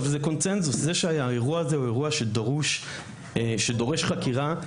זה קונצנזוס שהאירוע הזה דורש חקירה.